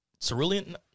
cerulean